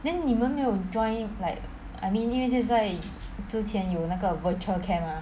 then 你们没有 join like I mean 因为现在之前有那个 virtual camp ah